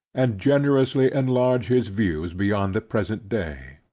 and generously enlarge his views beyond the present day.